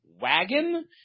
wagon